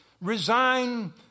resign